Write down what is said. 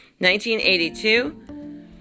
1982